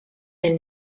elle